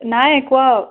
নাই কোৱা